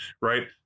right